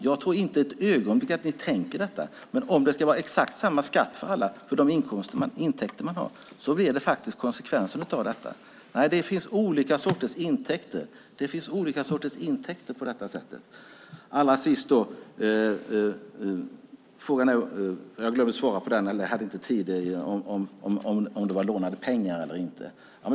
Jag tror inte för ett ögonblick att ni tycker att det ska vara så, men om det ska vara exakt samma skatt för alla för de intäkter man har blir det konsekvensen. Det finns olika sorters intäkter. Låt mig slutligen svara på ifall det var fråga om lånade pengar eller inte; jag hade inte tid att svara på det i min förra replik.